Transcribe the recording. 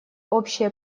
общее